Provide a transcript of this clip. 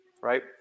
Right